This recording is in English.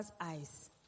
eyes